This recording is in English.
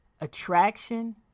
attraction